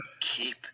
keep